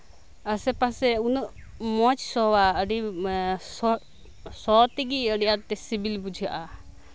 ᱟᱥᱮᱯᱟᱥᱮ ᱩᱱᱟᱹᱜ ᱢᱚᱸᱡᱽ ᱥᱚᱣᱟ ᱥᱚ ᱛᱮᱜᱮ ᱟᱹᱰᱤ ᱟᱸᱴ ᱥᱤᱵᱤᱞ ᱵᱩᱡᱷᱟᱹᱜᱼᱟ